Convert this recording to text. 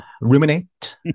ruminate